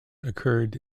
occurred